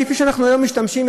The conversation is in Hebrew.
כפי שאנחנו היום משתמשים,